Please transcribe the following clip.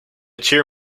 cheer